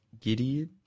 Gideon